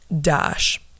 dash